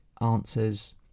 answers